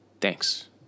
Thanks